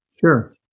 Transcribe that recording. Sure